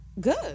Good